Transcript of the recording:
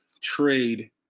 trade